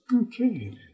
Okay